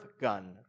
gun